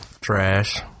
Trash